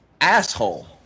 Asshole